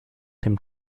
dem